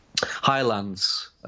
highlands